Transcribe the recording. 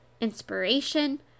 inspiration